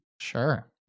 Sure